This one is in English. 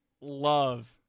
love